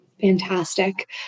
Fantastic